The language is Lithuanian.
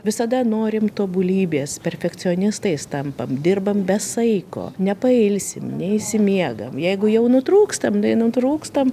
visada norim tobulybės perfekcionistais tampam dirbam be saiko nepailsim neišsimiegam jeigu jau nutrūkstam tai nutrūkstam